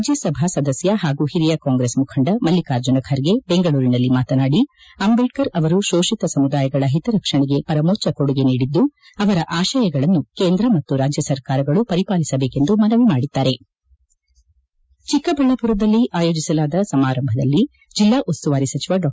ರಾಜ್ಯಸಭಾ ಸದಸ್ಯ ಹಾಗೂ ಹಿರಿಯ ಕಾಂಗ್ರೆಸ್ ಮುಖಂಡ ಮಲ್ಲಿಕಾರ್ಜುನ ಖರ್ಗೆ ಬೆಂಗಳೂರಿನಲ್ಲಿ ಮಾತನಾಡಿ ಅಂಬೇಡ್ಕರ್ ಅವರು ಶೋಷಿತ ಸಮುದಾಯಗಳ ಹಿತರಕ್ಷಣೆಗೆ ಪರಮೋಚ್ಟ ಕೊಡುಗೆ ನೀಡಿದ್ದು ಅವರ ಆಶಯಗಳನ್ನು ಕೇಂದ್ರ ಮತ್ತು ರಾಜ್ಯ ಸರ್ಕಾರಗಳು ಪರಿಪಾಲಿಸಬೇಕೆಂದು ಸಮಾರಂಭಲ್ಲಿ ಜಿಲ್ಲಾ ಉಸ್ತುವಾರಿ ಸಚಿವ ಡಾ